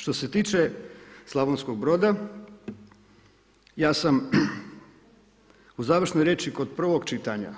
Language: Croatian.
Što se tiče Slavonskog Broda, ja sam u završnoj riječi kod prvog čitanja